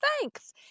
thanks